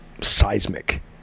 seismic